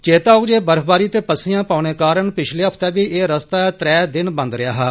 चेता होग जे बर्फबारी ते पस्सियां पौने कारण पिच्छले हफ्ते बी ए रस्ता त्रै रोज़ बंद रेया हा